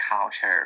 culture